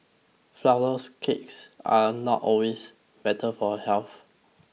Flourless Cakes are not always better for health